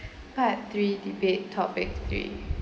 part three debate topic three